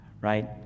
right